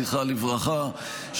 זכרה לברכה,